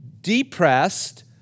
depressed